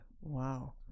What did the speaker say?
Wow